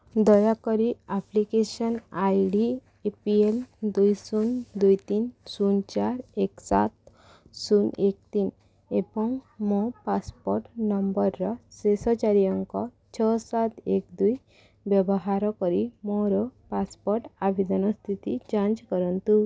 ଦୟାକରି application I D A P L ଦୁଇ ଶୂନ ଦୁଇ ତିନି ଶୂନ ଚାରି ଏକ ସାତ ଶୂନ ଏକ ତିନି ଏବଂ ମୋ ପାସପୋର୍ଟ୍ ନମ୍ବର୍ର ଶେଷ ଚାରି ଅଙ୍କ ଛଅ ସାତ ଏକ ଦୁଇ ବ୍ୟବହାର କରି ମୋର ପାସପୋର୍ଟ୍ ଆବେଦନ ସ୍ଥିତି ଯାଞ୍ଚ କରନ୍ତୁ